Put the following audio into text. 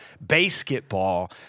Basketball